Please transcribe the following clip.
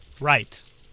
Right